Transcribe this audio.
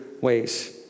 ways